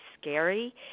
scary